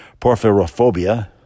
porphyrophobia